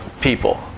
people